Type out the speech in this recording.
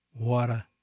water